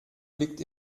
liegt